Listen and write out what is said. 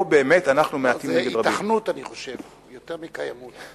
פה באמת אנחנו מעטים מול רבים.